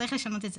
צריך לשנות את זה.